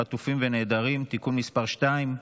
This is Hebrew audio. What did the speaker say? חטופים ונעדרים (תיקון מס' 2)